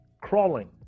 crawling